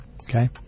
Okay